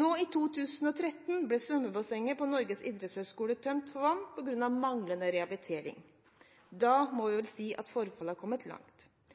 Nå i 2013 ble svømmebassenget på Norges idrettshøgskole tømt for vann på grunn av manglende rehabilitering. Da må vi vel kunne si at forfallet har kommet langt.